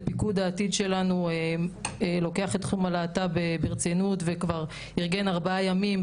הפיקוד העתידי שלנו לוקח את תחום הלהט"ב ברצינות וכבר אירגן ארבעה ימים,